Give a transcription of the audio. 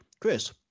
Chris